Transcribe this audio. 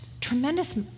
tremendous